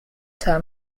term